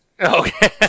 Okay